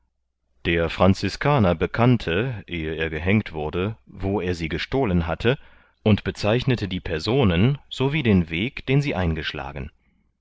der franziskaner bekannte ehe er gehängt wurde wo er sie gestohlen hatte und bezeichnete die personen so wie den weg den sie eingeschlagen